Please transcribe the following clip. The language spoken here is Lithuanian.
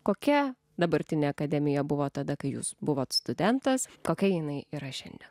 kokia dabartinė akademija buvo tada kai jūs buvot studentas kokia jinai yra šiandien